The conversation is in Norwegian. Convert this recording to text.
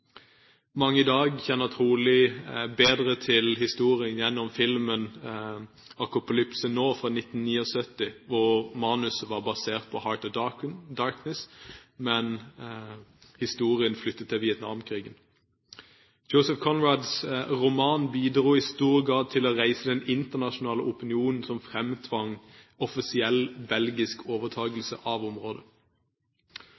Mange i dag kjenner trolig bedre til historien gjennom filmen «Apokalypse nå!» fra 1979, hvor manuset var basert på «Heart of Darkness», men historien flyttet til Vietnamkrigen. Joseph Conrads roman bidro i stor grad til å reise den internasjonale opinionen som fremtvang offisiell belgisk